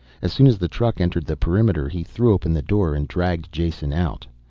as soon as the truck entered the perimeter he threw open the door and dragged jason out.